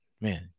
Man